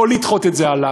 לא לדחות את זה הלאה.